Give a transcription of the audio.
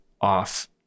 off